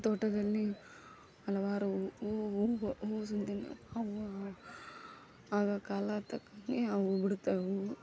ತೋಟದಲ್ಲಿ ಹಲವಾರು ಹೂ ಹೂವು ಹೂ ಸುದ್ದಿನ ಆ ಹೂವು ಆಗಾಗ ಕಾಲ ತಕ್ಕಂತೆ ಆ ಹೂವು ಬಿಡುತ್ತವೆ ಹೂವು